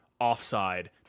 offside